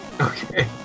Okay